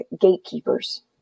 gatekeepers